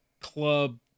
club